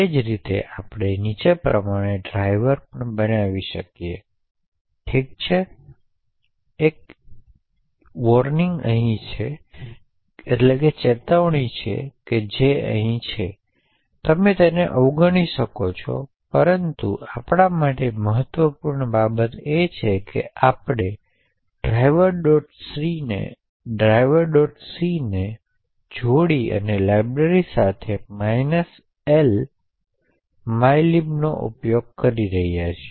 તે એક 128 bit counter છે જે રીસેટ સમયે 0 થી પ્રારંભ થાય છે અને દરેક ઘડિયાળની પલ્સ પર લાગુ કરે છે